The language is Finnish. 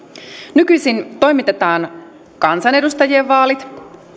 nykyisin toimitetaan kansanedustajien vaalit